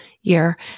year